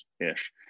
ish